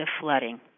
flooding